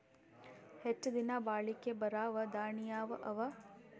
ಹೆಚ್ಚ ದಿನಾ ಬಾಳಿಕೆ ಬರಾವ ದಾಣಿಯಾವ ಅವಾ?